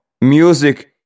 music